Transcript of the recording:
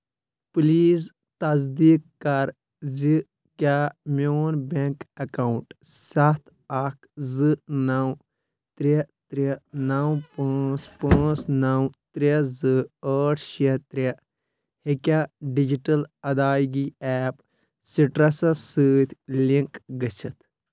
please تصدیق کَر زِ کیٛاہ میون بینٛک اکاونٹ سَتھ اکھ زٕ نَو ترٛےٚ ترٛےٚ نَو پانٛژھ پانٛژھ نَو ترٛےٚ زٕ ٲٹھ شیٚے ترٛےٚ ہیٚکیا ڈیجیٹل ادایگی ایپ سِٹرسس سۭتۍ لِنک گٔژھِتھ